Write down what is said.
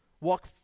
Walk